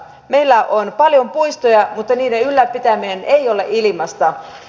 meillä on paljon puistoja mutta niiden ylläpitäminen ei ole ilmaista